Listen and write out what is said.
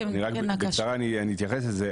אני רק בקצרה אתייחס לזה,